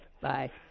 Bye